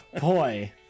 boy